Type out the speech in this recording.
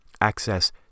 access